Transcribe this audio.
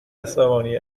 عصبانی